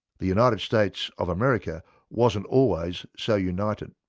the united states of america wasn't always so united!